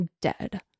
dead